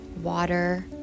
water